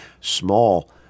small